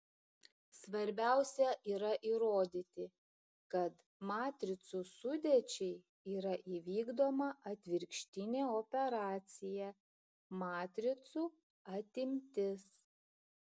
svarbiausia yra įrodyti kad matricų sudėčiai yra įvykdoma atvirkštinė operacija matricų atimtis